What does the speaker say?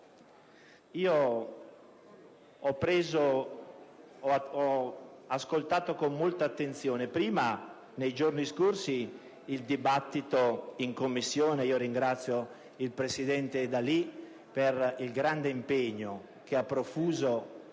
Ho ascoltato con molta attenzione nei giorni scorsi il dibattito in Commissione. Ringrazio il presidente D'Alì per il grande impegno profuso